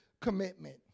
commitment